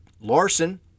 Larson